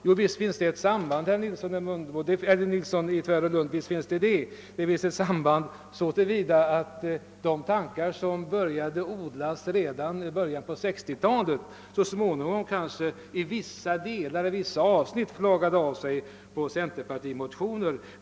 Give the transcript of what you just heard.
Jo, visst finns det ett samband, herr Nilsson i Tvärålund. Det finns ett samband så till vida att de tankar som började odlas redan i början av 1960-talet så små ningom till vissa delar och i vissa avsnitt har flagat av sig i centermotioner.